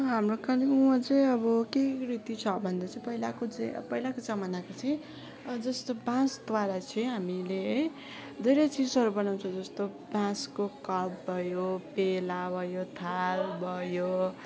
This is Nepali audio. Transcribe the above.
हाम्रो कालिम्पोङमा चाहिँ अब के रीति छ भन्दा चाहिँ पहिलाको चाहिँ अब पहिलाको जमानाको चाहिँ जस्तो बाँसद्वारा चाहिँ हामीले धेरै चिजहरू बनाउँछौँ जस्तो बाँसको कप भयो पेला भयो थाल भयो